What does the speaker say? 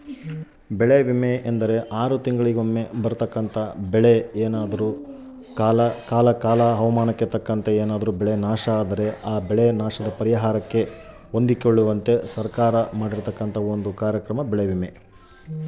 ಬೆಳೆ ವಿಮೆ ಅಂದರೇನು?